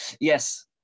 yes